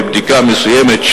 בבדיקה מסוימת,